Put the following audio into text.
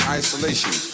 isolation